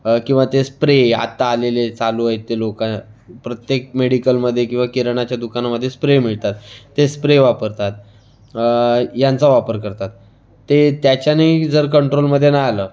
किंवा ते स्प्रे आत्ता आलेले चालू आहेत ते लोकं प्रत्येक मेडीकलमध्ये किंवा किराणाच्या दुकानामध्ये स्प्रे मिळतात ते स्प्रे वापरतात यांचा वापर करतात ते त्याच्यानेही जर कंट्रोलमध्ये नाही आलं